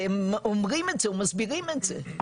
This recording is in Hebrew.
והם אומרים את זה ומסבירים את זה,